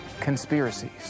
Conspiracies